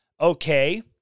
Okay